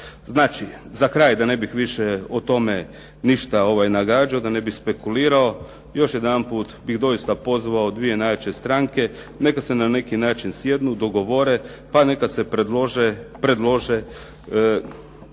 Znači, za kraj da ne bih više o tome ništa nagađao, da ne bih spekulirao. Još jedanput bih doista pozvao dvije najjače stranke. Neka se na neki način sjednu, dogovore, pa neka se predlože,